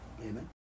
Amen